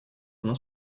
она